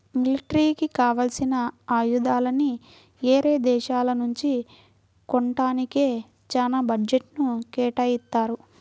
మిలిటరీకి కావాల్సిన ఆయుధాలని యేరే దేశాల నుంచి కొంటానికే చానా బడ్జెట్ను కేటాయిత్తారు